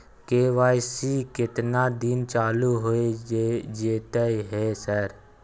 KYC केतना दिन चालू होय जेतै है सर?